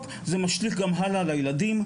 זה משליך גם הלאה על הילדים,